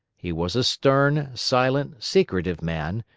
he was a stern, silent, secretive man,